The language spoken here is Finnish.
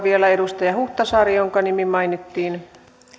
vielä edustaja huhtasaari jonka nimi mainittiin